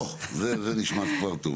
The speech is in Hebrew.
או זה נשמע כבר טוב.